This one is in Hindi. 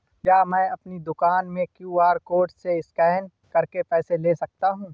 क्या मैं अपनी दुकान में क्यू.आर कोड से स्कैन करके पैसे ले सकता हूँ?